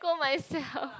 go myself